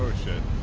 should